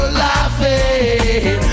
laughing